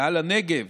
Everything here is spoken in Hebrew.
מעל הנגב,